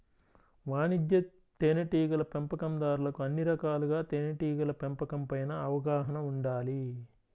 వాణిజ్య తేనెటీగల పెంపకందారులకు అన్ని రకాలుగా తేనెటీగల పెంపకం పైన అవగాహన ఉండాలి